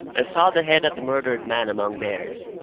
i saw the head of the murdered man among theirs.